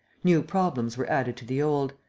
new problems were added to the old.